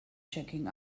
checking